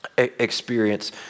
experience